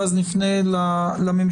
ואז נפנה לממשלה.